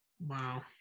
wow